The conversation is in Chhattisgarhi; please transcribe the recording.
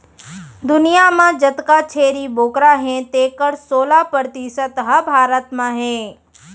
दुनियां म जतका छेरी बोकरा हें तेकर सोला परतिसत ह भारत म हे